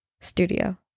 studio